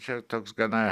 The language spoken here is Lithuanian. čia toks gana